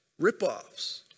ripoffs